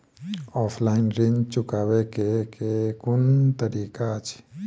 Offline ऋण चुकाबै केँ केँ कुन तरीका अछि?